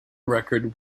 record